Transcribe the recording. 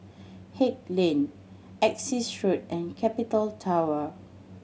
Haig Lane Essex Road and Capital Tower